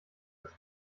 das